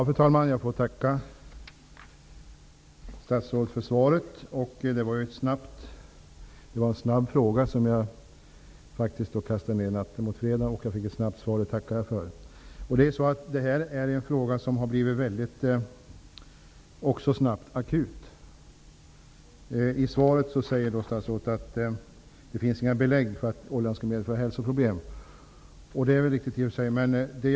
Fru talman! Jag får tacka statsrådet för svaret. Jag skrev frågan natten mot fredag, och jag fick ett snabbt svar. Det tackar jag för. Detta är en fråga som plötsligt har blivit akut. I svaret säger statsrådet att det inte finns några belägg för att oljan medför hälsoproblem. Det är riktigt i och för sig.